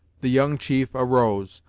the young chief arose,